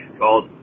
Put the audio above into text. called